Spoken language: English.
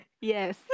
yes